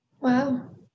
Wow